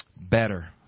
Better